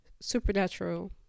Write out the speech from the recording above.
supernatural